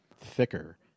thicker